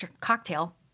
cocktail